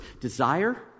Desire